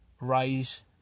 raise